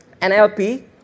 NLP